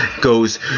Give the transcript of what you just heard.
goes